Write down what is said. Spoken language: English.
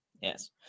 Yes